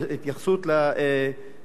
וגם בקשר לכביש 31,